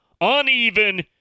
uneven